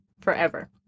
forever